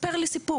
תספר לי סיפור.